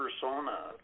persona